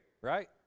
right